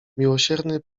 miłosierny